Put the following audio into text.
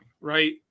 right